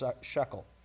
shekel